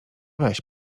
weź